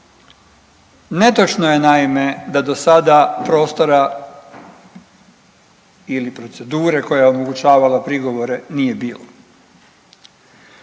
Netočno je naime da do sada prostora ili procedure koja je omogućavala prigovore nije bilo.